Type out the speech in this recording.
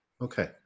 Okay